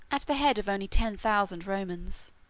at the head of only ten thousand romans.